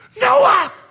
Noah